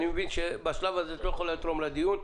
אני מבין שבשלב הזה את לא יכולה לתרום לדיון.